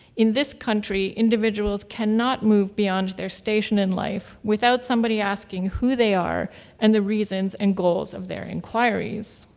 in this country, individuals cannot move beyond their station in life without somebody asking who they are and the reasons and goals of their inquiries.